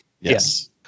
Yes